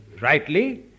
rightly